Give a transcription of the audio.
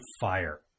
fire